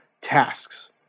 tasks